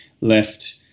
left